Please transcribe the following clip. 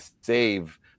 save